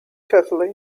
carefully